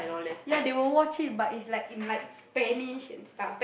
ya they will watch it but it's like in like Spanish and stuff